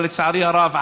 אבל לצערי הרב,